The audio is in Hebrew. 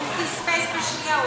הוא פספס בשנייה.